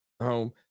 home